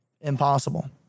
impossible